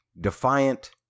Defiant